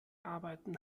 arbeiten